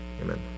amen